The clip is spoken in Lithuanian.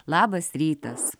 labas rytas